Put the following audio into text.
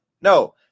No